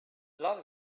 love